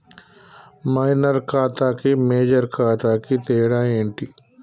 Minor ఖాతా కి major ఖాతా కి తేడా ఏంటి?